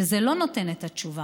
שזה לא נותן את התשובה.